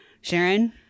Sharon